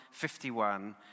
51